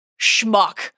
schmuck